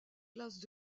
classes